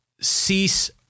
Cease